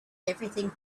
everything